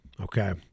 okay